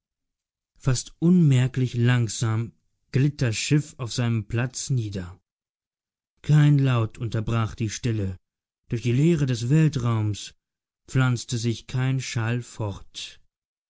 fast unmerklich langsam glitt das schiff auf seinen platz nieder kein laut unterbrach die stille durch die leere des weltraums pflanzte sich kein schall fort